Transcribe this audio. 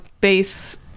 base